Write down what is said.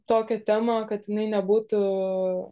tokią temą kad jinai nebūtų